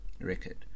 record